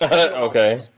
Okay